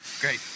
Great